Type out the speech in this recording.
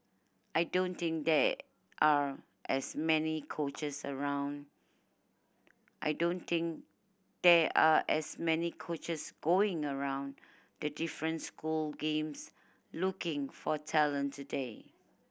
I don't think there are as many coaches around I don't think there are as many coaches going around the different school games looking for talent today